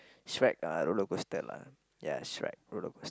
Shrek uh roller-coaster lah ya Shrek roller coast~